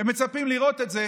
הם מצפים לראות את זה